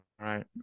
right